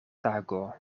tago